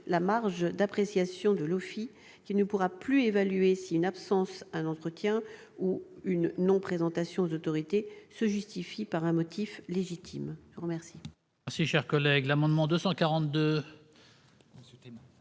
la marge d'appréciation de l'OFII, qui ne pourra plus évaluer si une absence à un entretien ou une non-présentation aux autorités se justifie par un motif légitime. L'amendement